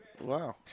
Wow